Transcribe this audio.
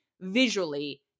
visually